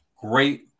great